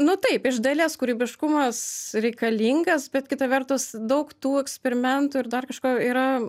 nu taip iš dalies kūrybiškumas reikalingas bet kita vertus daug tų eksperimentų ir dar kažko yra